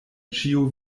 ĉio